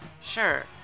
sure